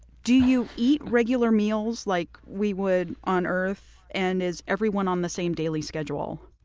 do you eat regular meals like we would on earth? and is everyone on the same daily schedule?